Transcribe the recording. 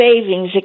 savings